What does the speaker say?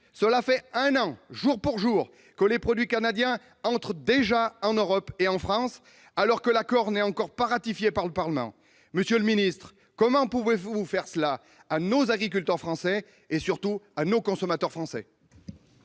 cela fait un an jour pour jour que les produits canadiens entrent en Europe et en France, alors que l'accord n'a pas encore été ratifié par le Parlement. Monsieur le secrétaire d'État, comment pouvez-vous faire cela à nos agriculteurs et, surtout, aux consommateurs français ?